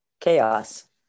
chaos